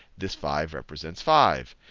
this five represents five,